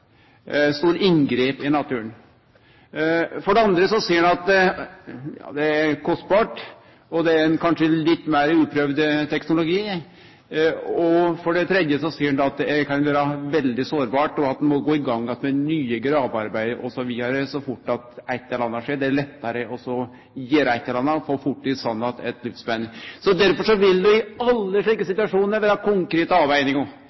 inngrep i naturen. For det andre ser ein at det er kostbart, og det er ein kanskje litt meir uprøvd teknologi. Og for det tredje ser ein at det kan vere veldig sårbart, og at ein må gå i gang att med nye gravearbeid osv. så fort eit eller anna har skjedd – det er lettare å gjere eit eller anna og få fort i stand att eit nytt spenn. Så derfor vil det i alle slike